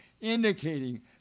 indicating